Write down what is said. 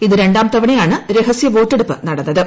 ഇത് രണ്ടാം തവണയാണ് രഹസ്യ വോട്ടെടുപ്പ് നടന്നത്